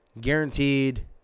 guaranteed